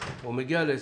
או מגיע ל-20,000,